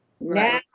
now